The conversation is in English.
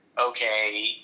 okay